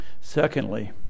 Secondly